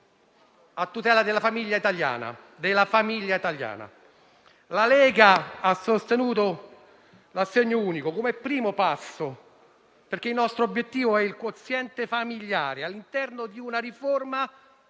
e ripeto della famiglia italiana. La Lega ha sostenuto l'assegno unico come primo passo, perché il nostro obiettivo è il quoziente familiare all'interno di una riforma